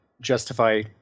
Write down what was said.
justify